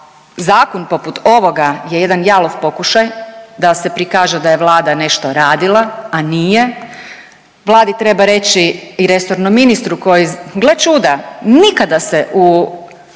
zakon poput ovoga je jedan jalov pokušaj da se prikaže da je Vlada nešto radila, a nije. Vladi treba reći i resornom ministru koji, gle čuda, nikada se u